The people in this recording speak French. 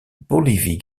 bolivie